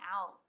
out